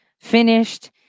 finished